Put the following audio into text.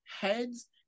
heads